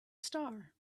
star